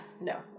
no